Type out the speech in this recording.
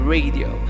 Radio